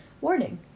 Warning